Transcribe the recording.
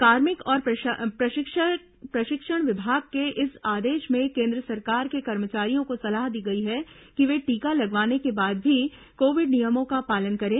कार्मिक और प्रशिक्षण विभाग के इस आदेश में केन्द्र सरकार के कमर्चारियों को सलाह दी गई है कि वे टीका लगवाने के बाद भी कोविड नियमों का पालन करें